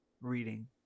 reading